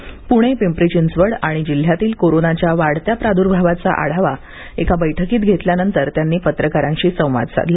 पूणे पिंपरी चिंचवडआणि जिल्ह्यातील कोरोनाच्या वाढत्या प्रादूर्भावाचा आढावा एका बैठकीत घेतल्यानंतर त्यांनी पत्रकारांशी संवाद साधला